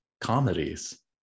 Comedies